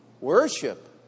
Worship